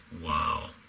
Wow